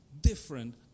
different